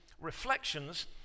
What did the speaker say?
reflections